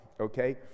Okay